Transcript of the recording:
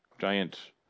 giant